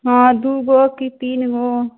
हँ दू गो की तीन गो